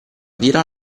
tira